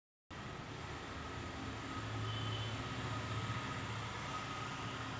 जायफळ मायरीस्टीकर नावाच्या झाडापासून मिळते